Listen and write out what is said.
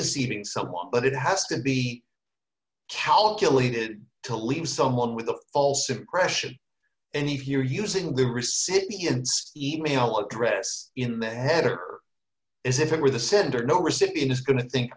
deceiving someone but it has to be calculated to leave someone with a false impression and if you're using the recipient's e mail address in the header is if it were the sender no recipient is going to think